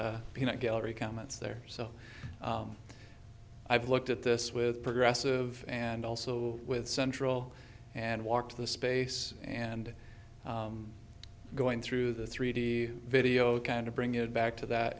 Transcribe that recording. peanut gallery comments there so i've looked at this with progressive and also with central and walk to the space and going through the three d video kind of bring it back to that